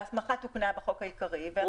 ההסמכה תוקנה בחוק העיקרי.